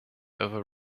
over